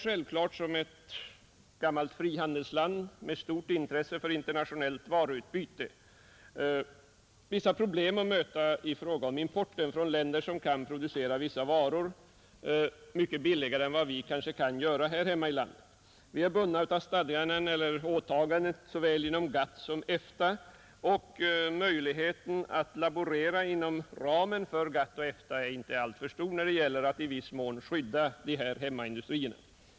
Som ett gammalt frihandelsland med stort intresse för internationellt varuutbyte har vi naturligtvis en del problem att möta i fråga om importen från länder som kan producera vissa varor mycket billigare än vad vi kanske kan göra här hemma. Vi är bundna av stadgan och åtagandena inom såväl GATT som EFTA, och möjligheterna att laborera inom ramen för GATT och EFTA är icke alltför stora när det gäller att i viss mån skydda hemmaindustrin.